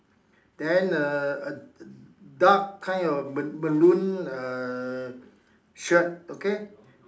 then uh a dark kind of m~ maroon uh shirt okay